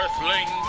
Earthlings